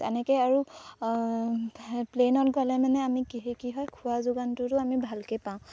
তেনেকৈ আৰু প্লেইনত গ'লে মানে আমি কি হয় কি হয় খোৱা যোগানটোতো আমি ভালকৈ পাওঁ